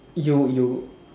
you you